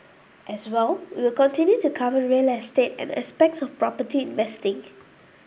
as well we'll continue to cover real estate and aspects of property investing